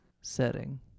setting